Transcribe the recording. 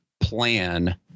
plan